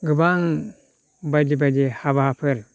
गोबां बायदि बायदि हाबाफोर